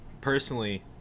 personally